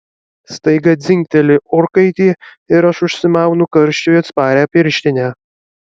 staiga dzingteli orkaitė ir aš užsimaunu karščiui atsparią pirštinę